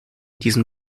diesen